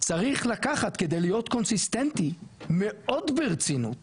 צריך לקחת כדי להיות קונסיסטנטי מאוד ברצינות